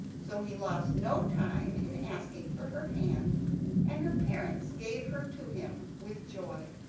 so he lost no time in asking for her hand and her parents gave her to him with joy.